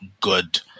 good